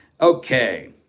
Okay